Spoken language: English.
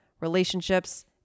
relationships